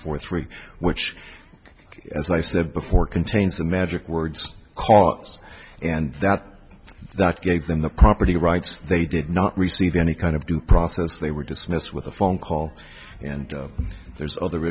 four three which as i said before contains the magic words cause and that that gave them the property rights they did not receive any kind of due process they were dismissed with a phone call and there's other